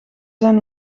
zijn